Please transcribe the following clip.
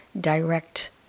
direct